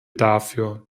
dafür